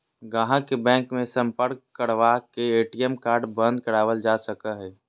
गाहक के बैंक मे सम्पर्क करवा के ए.टी.एम कार्ड बंद करावल जा सको हय